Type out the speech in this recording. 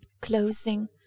Closing